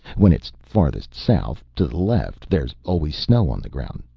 when it's farthest south to the left there's always snow on the ground.